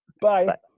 Bye